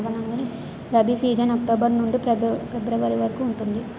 rabi season October నుండి February వరకు ఉంటుంది